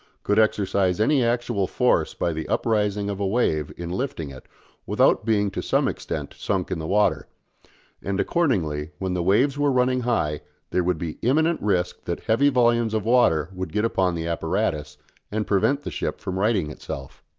could exercise any actual force by the uprising of a wave in lifting it without being to some extent sunk in the water and, accordingly, when the waves were running high there would be imminent risk that heavy volumes of water would get upon the apparatus and prevent the ship from righting itself.